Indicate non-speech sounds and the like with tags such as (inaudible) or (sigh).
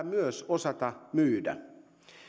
(unintelligible) myös osata myydä